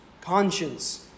conscience